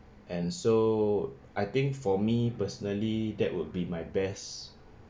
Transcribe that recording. and so I think for me personally that would be my best